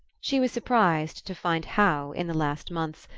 she was surprised to find how, in the last months,